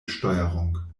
steuerung